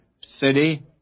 city